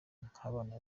nk’abana